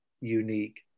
unique